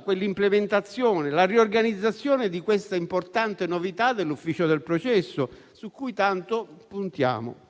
quell'implementazione, la riorganizzazione di questa importante novità dell'ufficio del processo su cui tanto puntiamo.